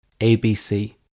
ABC